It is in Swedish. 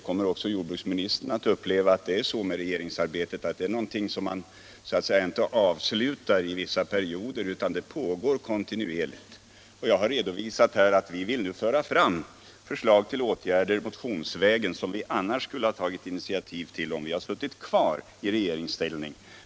Också jordbruksministern kommmer att uppleva att det är så med regeringsarbetet — att det inte är någonting som man avslutar eller delar in i vissa perioder, utan det pågår kontinuerligt. Jag har redovisat att vi nu motionsvägen vill föra fram förslag till åtgärder som vi annars skulle ha tagit initiativ till om vi hade suttit kvar i regeringsställning.